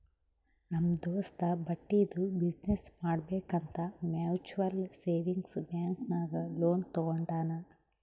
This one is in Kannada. ನಮ್ ದೋಸ್ತ ಬಟ್ಟಿದು ಬಿಸಿನ್ನೆಸ್ ಮಾಡ್ಬೇಕ್ ಅಂತ್ ಮ್ಯುಚುವಲ್ ಸೇವಿಂಗ್ಸ್ ಬ್ಯಾಂಕ್ ನಾಗ್ ಲೋನ್ ತಗೊಂಡಾನ್